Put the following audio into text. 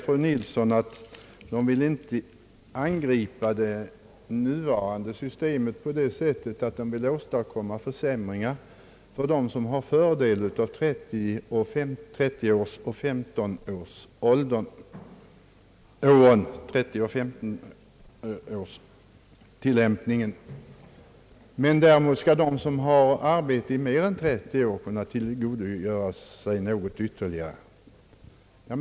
Fru Nilsson sade att motionärerna inte vill angripa det nuvarande systemet på det sättet att de åstadkommer försämringar för dem som har fördel av 30-årsoch 15-årsreglerna. Däremot skall de som har arbete under mer än 30 år kunna tillgodogöra sig en förhöjd pension.